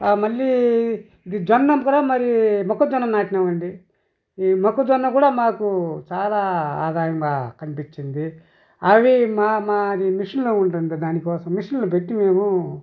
మళ్లీ ఇది జొన్న కూడా మరీ మొక్కజొన్న నాటినామండి ఈ మొక్కజొన్న కూడా మాకు చాలా ఆదాయంగా కనిపిచ్చింది అవి మా మా అది మిషన్లు ఉంటుంది దానికోసం మిషన్లు పెట్టి మేము